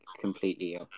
completely